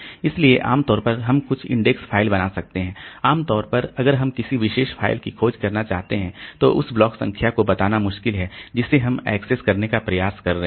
इसलिए आम तौर पर हम कुछ इंडेक्स फाइल बना सकते हैं आम तौर पर अगर हम किसी विशेष फाइल की खोज करना चाहते हैं तो उस ब्लॉक संख्या को बताना मुश्किल है जिसे हम एक्सेस करने का प्रयास कर रहे हैं